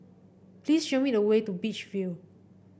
please show me the way to Beach View